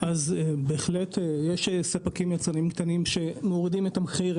יש ספקים ויצרנים קטנים שמורידים את המחיר,